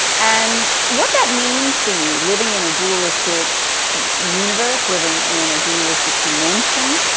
and what that means for you living in a dualistic universe, living in a dualistic dimension,